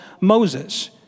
Moses